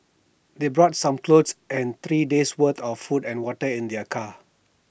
they brought some clothes and three days' worth of food and water in their car